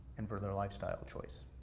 and for their lifestyle choice.